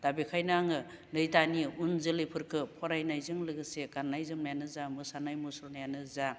दा बेनिखायनो आङो नै दानि उन जोलैफोरखौ फरायनायजों लोगोसे गाननाय जोमनायानो जा मोसानाय मुसुरनायानो जा